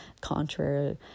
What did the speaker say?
contrary